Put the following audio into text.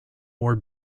more